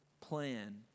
plan